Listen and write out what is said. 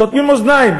סותמים אוזניים.